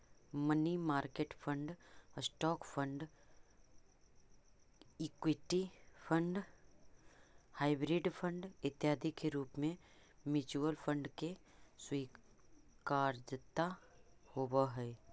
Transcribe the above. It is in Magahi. money market fund, stock fund, equity fund, hybrid fund इत्यादि के रूप में म्यूचुअल फंड के स्वीकार्यता होवऽ हई